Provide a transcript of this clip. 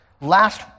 Last